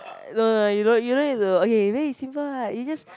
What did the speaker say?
no no you don't you don't need to okay very simple ah you just